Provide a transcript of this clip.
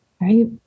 right